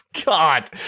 god